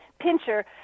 pincher